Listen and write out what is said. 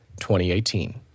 2018